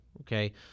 okay